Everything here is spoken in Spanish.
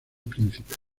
príncipes